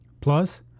plus